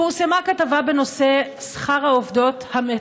פורסמה כתבה בנושא שכר העובדות, המתאמות.